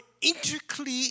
intricately